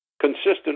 consistent